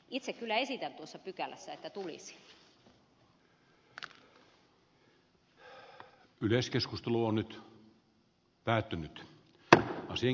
itse kyllä esitän tuossa pykälässä että tulisi